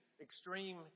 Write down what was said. extreme